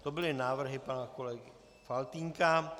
To byly návrhy pana kolegy Faltýnka.